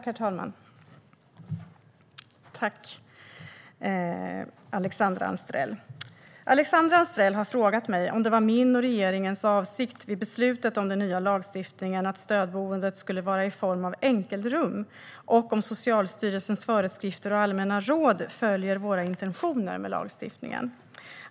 Herr talman! Alexandra Anstrell har frågat mig om det var min och regeringens avsikt vid beslutet om den nya lagstiftningen att stödboende skulle vara i form av enkelrum och om Socialstyrelsens föreskrifter och allmänna råd följer våra intentioner med lagstiftningen.